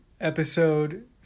episode